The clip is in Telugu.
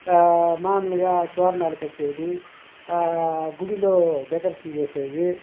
మామూలుగా తోరణాలు కట్టేది ఆ గుడిలో డెకరేషన్ చేసేది